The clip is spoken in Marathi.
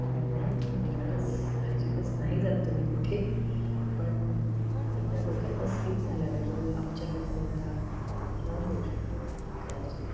मान्य आहे तुम्ही देणारच साहजिकच नाही जात तुम्ही कुठे पण एकदा डोक्यातनं स्किप झाल्यावर आमच्याकडनंही जरा राहून जाऊ शकतं कदाचित